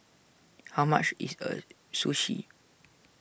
how much is a Sushi